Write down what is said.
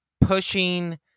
pushing –